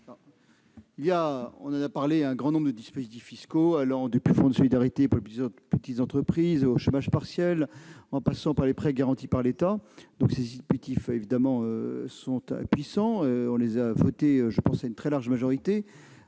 on l'a dit, un grand nombre de dispositifs fiscaux allant du fonds de solidarité pour les petites entreprises au chômage partiel en passant par les prêts garantis par l'État. Ces dispositifs existent et ont été adoptés, me semble-t-il, à une très large majorité.